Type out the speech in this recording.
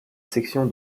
section